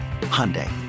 Hyundai